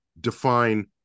define